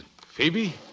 Phoebe